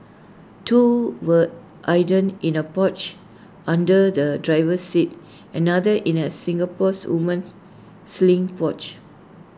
two were hidden in A pouch under the driver's seat another in A Singapore's woman's sling pouch